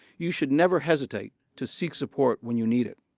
you should never hesitate to seek support when you need it.